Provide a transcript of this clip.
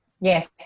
Yes